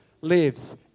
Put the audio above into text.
lives